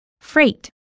freight